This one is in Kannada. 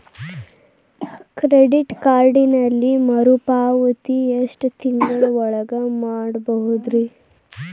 ಕ್ರೆಡಿಟ್ ಕಾರ್ಡಿನಲ್ಲಿ ಮರುಪಾವತಿ ಎಷ್ಟು ತಿಂಗಳ ಒಳಗ ಮಾಡಬಹುದ್ರಿ?